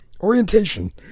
Orientation